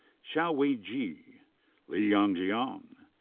xiaohui ji. liyang jiang.